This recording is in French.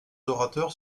orateurs